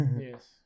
Yes